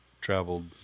traveled